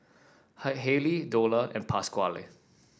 hi Haley Dola and Pasquale